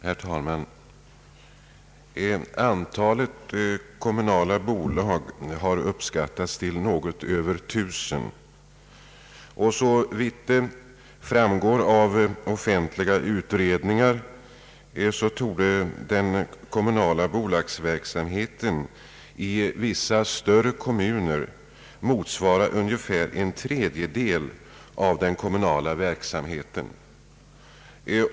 Herr talman! Antalet kommunala bolag har uppskattats till något över 1000. Såvitt framgår av offentliga utredningar torde den kommunala bolagsverksamheten i vissa större kommuner motsvara ungefär en tredjedel av den kommunala verksamheten.